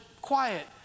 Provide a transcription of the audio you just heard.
quiet